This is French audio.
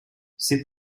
c’est